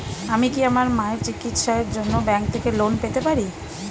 আমি কি আমার মায়ের চিকিত্সায়ের জন্য ব্যঙ্ক থেকে লোন পেতে পারি?